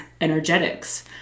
energetics